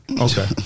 Okay